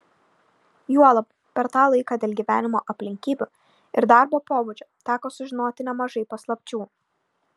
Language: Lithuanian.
juolab per tą laiką dėl gyvenimo aplinkybių ir darbo pobūdžio teko sužinoti nemažai paslapčių